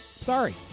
Sorry